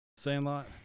Sandlot